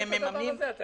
שמממנים --- זה נכון?